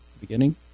beginning